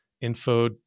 info